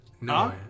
No